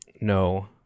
No